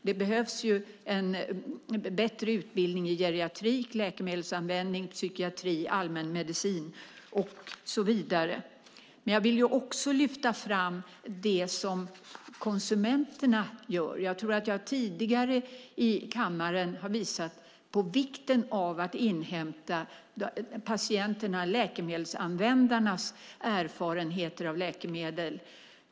Det behövs en bättre utbildning i geriatrik, läkemedelsanvändning, psykiatri, allmänmedicin och så vidare. Jag vill också lyfta fram det som konsumenterna gör. Jag tror att jag tidigare i kammaren har visat på vikten av att inhämta patienternas, läkemedelsanvändarnas, erfarenheter av läkemedel.